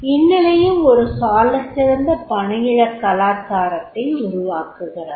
இந்நிலையும் ஒரு சாலச்சிறந்த பணியிடக் கலாச்சாரத்தை உருவாக்குகிறது